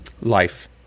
Life